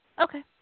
Okay